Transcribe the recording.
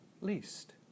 least